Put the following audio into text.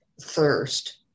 thirst